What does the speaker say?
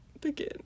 begin